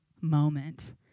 moment